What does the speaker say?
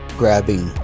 grabbing